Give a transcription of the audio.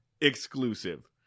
exclusive